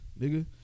nigga